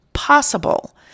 possible